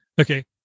Okay